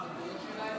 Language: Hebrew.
אבל זו לא שאלה אליו.